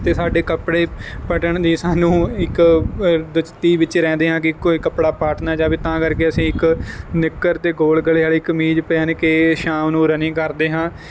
ਤੇ ਸਾਡੇ ਕੱਪੜੇ ਪੱਟਣ ਦੀ ਸਾਨੂੰ ਇੱਕ ਦੁਚਿਤੀ ਵਿੱਚ ਰਹਿੰਦੇ ਹਾਂ ਕੀ ਕੋਈ ਕੱਪੜਾ ਪਾਟ ਨਾ ਜਾਵੇ ਤਾਂ ਕਰਕੇ ਅਸੀਂ ਇੱਕ ਨਿੱਕਰ ਤੇ ਗੋਲ ਗਲੇ ਆਲੀ ਕਮੀਜ਼ ਪਹਿਨ ਕੇ ਸ਼ਾਮ ਨੂੰ ਰਨਿੰਗ ਕਰਦੇ ਹਾਂ